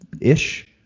ish